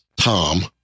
Tom